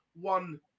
one